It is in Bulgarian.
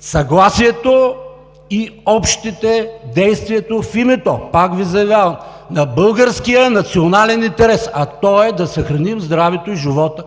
съгласието и общите действия в името, пак Ви заявявам, на българския национален интерес, а той е да съхраним здравето и живота